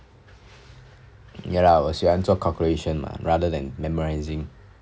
ya lah 我喜欢做 calculation lah rather than memorising